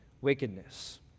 wickedness